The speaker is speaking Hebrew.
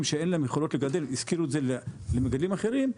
שאין להם יכולת לגדל השכירו את זה למגדלים אחרים,